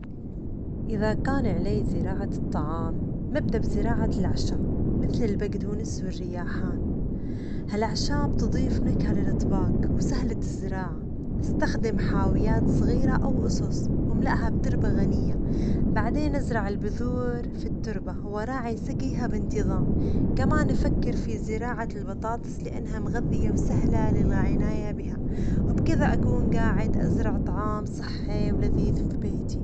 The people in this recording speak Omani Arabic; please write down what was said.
إذا كان علي زراعة الطعام ببدأ بزراعة الأعشاب مثل البقدونس والريحان، هالأعشاب تضيف نكهة للأطباق وسهلة الزراعة، أستخدم حاويات صغيرة أو أصص وأملأها بتربة غنية ،بعدين أزرع البذور في التربة وأراعي سجيها بانتظام، كمان أفكر في زراعة البطاطس لأنها مغذية وسهلة للعناية بها وبكذا أكون جاعد أزرع طعام صحي ولذيذ في بيتي.